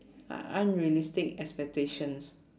un~ unrealistic expectations